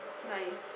nice